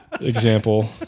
example